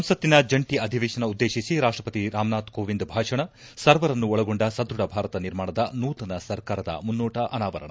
ಸಂಸತ್ತಿನ ಜಂಟಿ ಅಧಿವೇಶನ ಉದ್ದೇಶಿಸಿ ರಾಷ್ಷಪತಿ ರಾಮನಾಥ್ ಕೋವಿಂದ್ ಭಾಷಣ ಸರ್ವರನ್ನು ಒಳಗೊಂಡ ಸದೃಢ ಭಾರತ ನಿರ್ಮಾಣದ ನೂತನ ಸರ್ಕಾರದ ಮುನ್ನೊಟ ಅನಾವರಣ